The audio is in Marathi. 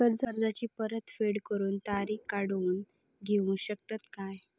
कर्जाची परत फेड करूक तारीख वाढवून देऊ शकतत काय?